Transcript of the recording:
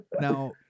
Now